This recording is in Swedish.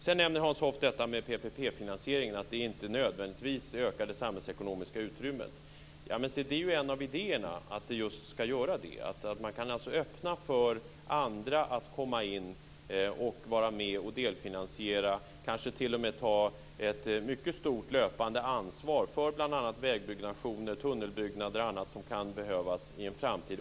Sedan nämner Hans Hoff detta med PPP finansieringen och säger att det inte nödvändigtvis ökar det samhällsekonomiska utrymmet. Men se det är just en av idéerna att det ska göra det. Man ska kunna öppna för andra att vara med och delfinansiera och kanske t.o.m. ta ett mycket stort löpande ansvar för bl.a. vägbyggnationer, tunnelbyggnader och annat som kan behövas i en framtid.